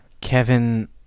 Kevin